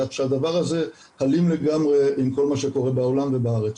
כך שהדבר הזה בהלימה לגמרי עם כל מה שקורה בעולם ובארץ.